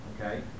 okay